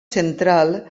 central